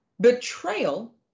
betrayal